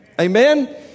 Amen